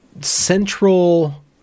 central